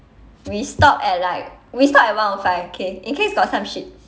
we stop at like we stop at one O five okay in case got some shit